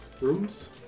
Rooms